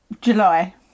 July